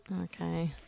Okay